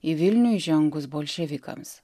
į vilnių įžengus bolševikams